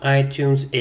iTunes